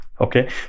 okay